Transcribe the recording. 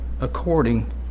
according